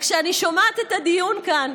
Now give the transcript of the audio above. וכשאני שומעת את הדיון כאן,